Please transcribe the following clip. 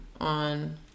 on